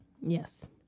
Yes